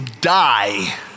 die